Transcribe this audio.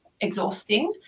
exhausting